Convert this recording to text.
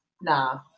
Nah